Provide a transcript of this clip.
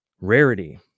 Rarity